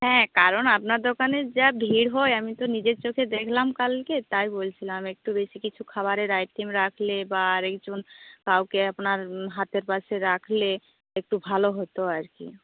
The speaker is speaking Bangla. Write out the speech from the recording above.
হ্যাঁ কারণ আপনার দোকানে যা ভিড় হয় আমি তো নিজের চোখে দেখলাম কালকে তাই বলছিলাম একটু বেশি কিছু খাবারের আইটেম রাখলে বা আর একজন কাউকে আপনার হাতের পাশে রাখলে একটু ভালো হত আর কি